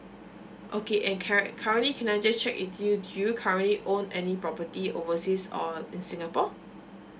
okay and curre~ currently can I just check with you do you currently own any property overseas or in singapore